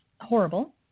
horrible